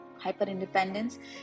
Hyperindependence